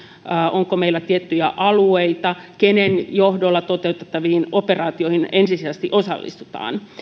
onko meillä tiettyjä alueita ja kenen johdolla toteutettaviin operaatioihin ensisijaisesti osallistutaan